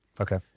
Okay